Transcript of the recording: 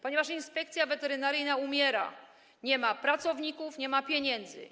Ponieważ Inspekcja Weterynaryjna umiera, nie ma pracowników, nie ma pieniędzy.